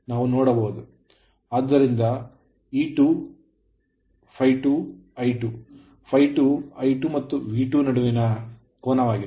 ಆದ್ದರಿಂದ ಇದು E2 ∅2 I2 ಮತ್ತು V2 ನಡುವಿನ ಕೋನವಾಗಿದೆ